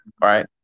right